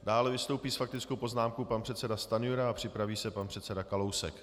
Dále vystoupí s faktickou poznámkou pan předseda Stanjura a připraví se pan předseda Kalousek.